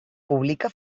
publica